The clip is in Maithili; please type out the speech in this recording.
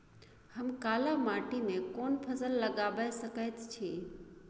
हम काला माटी में कोन फसल लगाबै सकेत छी?